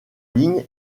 ligne